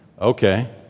okay